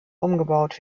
umgebaut